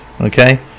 okay